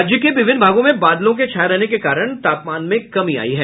राज्य के विभिन्न भागों में बादलों के छाये रहने के कारण तापमान में कमी आयी है